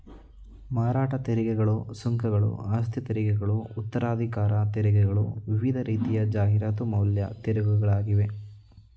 ಮಾರಾಟ ತೆರಿಗೆಗಳು, ಸುಂಕಗಳು, ಆಸ್ತಿತೆರಿಗೆಗಳು ಉತ್ತರಾಧಿಕಾರ ತೆರಿಗೆಗಳು ವಿವಿಧ ರೀತಿಯ ಜಾಹೀರಾತು ಮೌಲ್ಯ ತೆರಿಗೆಗಳಾಗಿವೆ